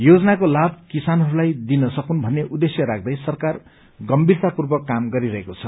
योजनाको लाभ किसानहरूलाई दिइन सकून् भत्रे उद्देश्य राख्दै सरकार गम्भीरतापूर्वक काम गरिरहेको छ